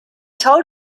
told